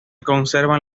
conservan